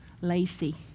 Lacey